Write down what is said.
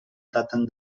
daten